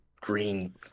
green